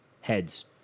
Heads